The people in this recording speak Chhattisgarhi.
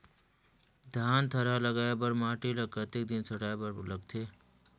धान थरहा लगाय बर माटी ल कतेक दिन सड़ाय बर लगथे?